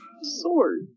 sword